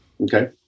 Okay